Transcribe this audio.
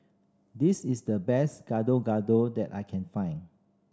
this is the best Gado Gado that I can find